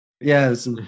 yes